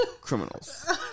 criminals